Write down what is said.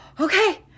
okay